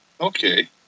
Okay